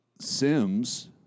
Sims